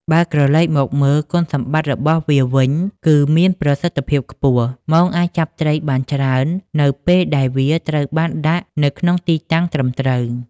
បើក្រឡេកមកមើលគុណសម្បត្តិរបស់វាវិញ គឺមានប្រសិទ្ធភាពខ្ពស់ មងអាចចាប់ត្រីបានច្រើននៅពេលដែលវាត្រូវបានដាក់នៅក្នុងទីតាំងត្រឹមត្រូវ។